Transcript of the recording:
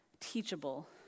teachable